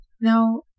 Now